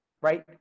Right